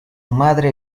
madre